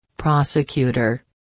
Prosecutor